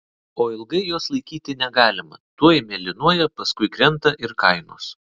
o ilgai jos laikyti negalima tuoj mėlynuoja paskui krenta ir kainos